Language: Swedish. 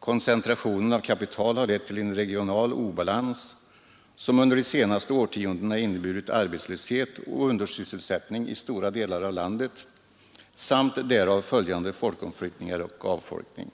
Koncentrationen av kapital har lett till en regional obalans som under de senaste årtiondena inneburit arbetslöshet och undersysselsättning i stora delar av landet samt därav följande folkomflyttningar och avfolkning.